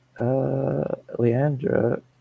Leandra